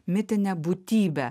mitinę būtybę